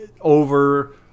over